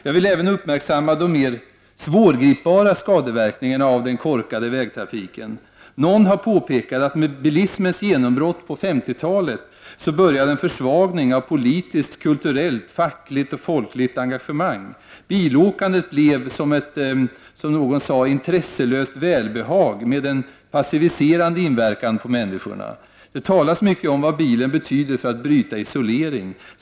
Jag vill även uppmärksamma de mera svårgripbara skadeverkningarna av den korkade vägtrafiken. Någon har påpekat att med bilismens genombrott på 50-talet så började en försvagning av politiskt, kulturellt, fackligt och folkligt engagemang. Bilåkandet blev som ett ”intresselöst välbehag” med en passiviserande inverkan på människorna. Det talas mycket om vad bilen betyder för att bryta isolering.